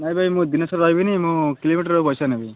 ନାଇଁ ଭାଇ ମୁଁ ଦିନ ସାରା ରହିବିନି ମୁଁ କିଲୋମିଟର୍ରେ ପଇସା ନେବି